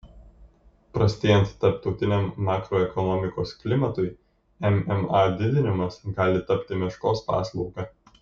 prastėjant tarptautiniam makroekonomikos klimatui mma didinimas gali tapti meškos paslauga